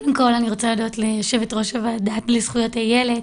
קודם כל אני רוצה להודות ליושבת ראש הוועדה לזכויות הילד,